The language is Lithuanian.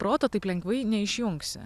proto taip lengvai neišjungsi